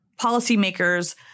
policymakers